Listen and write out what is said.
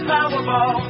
Powerball